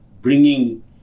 bringing